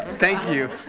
thank you.